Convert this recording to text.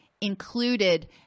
included